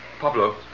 Pablo